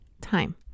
time